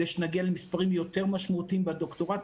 כדי שנגיע למספרים יותר משמעותיים בדוקטורט.